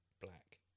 Black